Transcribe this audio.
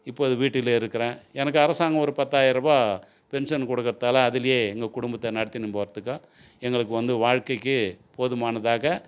இப்போது வீட்டில இருக்கிறேன் எனக்கு அரசாங்கம் ஒரு பத்தாயரருவா பென்ஷன் கொடுக்கறத்தால அதுலேயே எங்கள் குடும்பத்தை நடத்திகின்னு போறத்துக்கு எங்களுக்கு வந்து வாழ்க்கைக்கு போதுமானதாக